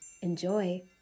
Enjoy